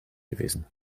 gewesen